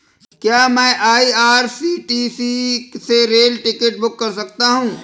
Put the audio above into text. क्या मैं आई.आर.सी.टी.सी से रेल टिकट बुक कर सकता हूँ?